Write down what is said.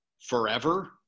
forever